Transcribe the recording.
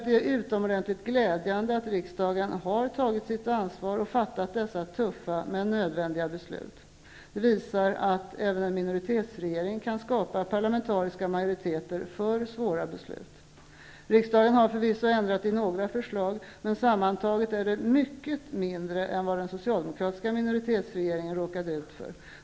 Det är utomordentligt glädjande att riksdagen har tagit sitt ansvar och fattat dessa tuffa men nödvändiga beslut. Det visar att även en minoritetsregering kan skapa parlamentariska majoriteter för svåra beslut. Riksdagen har förvisso ändrat i några förslag, men sammantaget är det mycket mindre än vad den socialdemokratiska minoritetsregeringen råkade ut för.